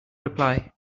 reply